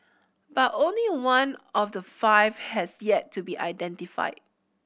but only one of the five has yet to be identified